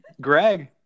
Greg